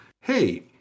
hey